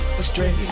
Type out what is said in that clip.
astray